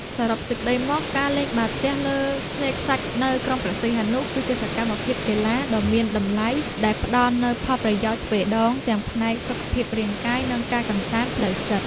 សរុបសេចក្ដីមក ការលេងបាល់ទះលើឆ្នេរខ្សាច់នៅក្រុងព្រះសីហនុ គឺជាសកម្មភាពកីឡាដ៏មានតម្លៃដែលផ្ដល់នូវផលប្រយោជន៍ទ្វេដង ទាំងផ្នែក សុខភាពរាងកាយ និង ការកម្សាន្តផ្លូវចិត្ត។